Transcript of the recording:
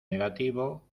negativo